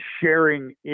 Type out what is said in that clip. sharing